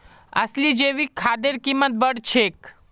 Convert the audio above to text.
असली जैविक खादेर कीमत बढ़ छेक